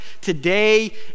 today